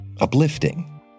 uplifting